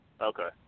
Okay